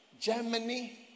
Germany